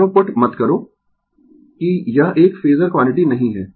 arrow put मत करो कि यह एक फेजर क्वांटिटी नहीं है